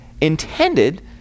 intended